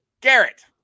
Garrett